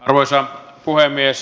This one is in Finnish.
arvoisa puhemies